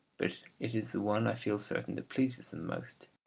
but it is the one, i feel certain, that pleases them most.